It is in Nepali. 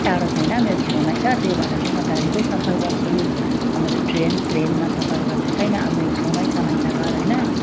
टाडो छैन मेरो छेउमा छ त्यही भएर चाहिँ म गाडीको सफर गर्छु अब मेरो ट्रेन प्लेनमा सफर गर्ने छैन अब मेरो छेउमा छ माइतघर होइन